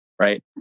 right